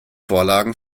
vorlagen